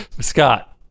Scott